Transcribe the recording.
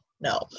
no